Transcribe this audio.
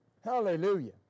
Hallelujah